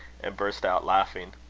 and burst out laughing.